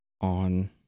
on